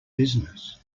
business